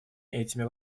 этими